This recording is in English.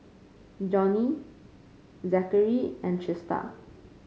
Johney Zachary and Trista